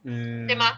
mm